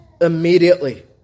Immediately